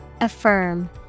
Affirm